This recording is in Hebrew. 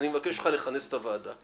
אני מבקש ממך לכנס את הוועדה.